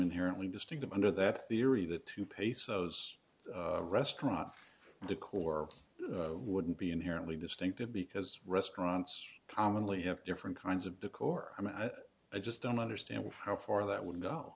inherently distinctive under that theory that you pesos restaurant decor wouldn't be inherently distinctive because restaurants commonly have different kinds of decor i mean i just don't understand how far that would